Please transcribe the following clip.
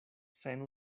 sen